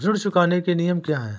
ऋण चुकाने के नियम क्या हैं?